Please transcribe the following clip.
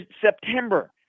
September